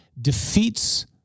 defeats